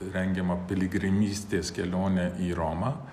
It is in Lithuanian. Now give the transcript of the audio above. rengiamą piligrimystės kelionę į romą